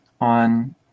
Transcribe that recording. on